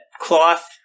cloth